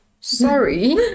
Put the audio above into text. Sorry